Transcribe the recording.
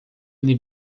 ele